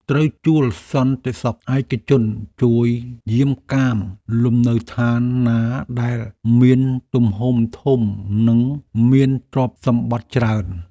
ត្រូវជួលសន្តិសុខឯកជនជួយយាមកាមលំនៅឋានណាដែលមានទំហំធំនិងមានទ្រព្យសម្បត្តិច្រើន។